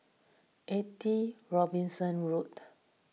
eighty Robinson Road